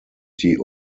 die